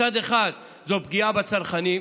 מצד אחד זאת פגיעה בצרכנים,